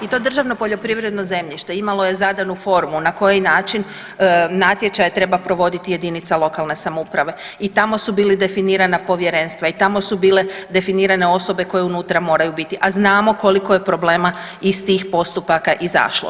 I to državno poljoprivredno zemljište imalo je zadanu formu na koji način natječaje treba provoditi jedinica lokalne samouprave i tamo su bila definirana povjerenstva i tamo su bile definirane osobe koje unutra moraju biti, a znamo koliko je problema iz tih postupaka izašlo.